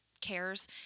cares